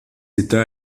états